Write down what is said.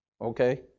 okay